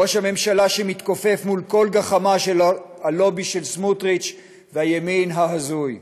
ראש ממשלה שמתכופף מול כל גחמה של הלובי של סמוטריץ והימין ההזוי,